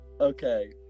Okay